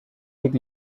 week